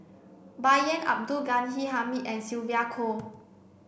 Bai Yan Abdul Ghani Hamid and Sylvia Kho